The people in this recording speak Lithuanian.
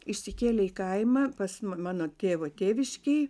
išsikėlė į kaimą pas ma mano tėvo tėviškėj